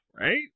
Right